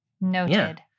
Noted